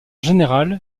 général